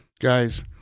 Guys